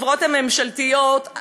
בחברות הממשלתיות,